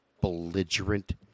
belligerent